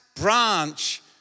branch